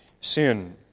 sin